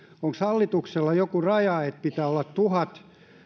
onko hallituksella joku raja että pitää olla tuhat